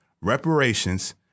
reparations